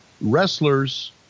wrestlers